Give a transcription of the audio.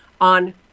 on